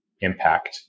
impact